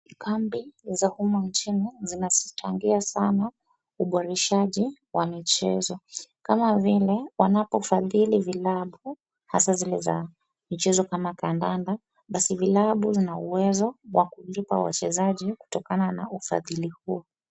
Kambi za humu nchini zinachangia sana uboreshji wa mchezo kama wanapofadhili klabu hasa zile za mchezo kama kandanda basi vilabu zina uwezo wa kulipa achezaji kutokana na ufadhili huo.